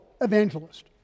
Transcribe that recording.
evangelist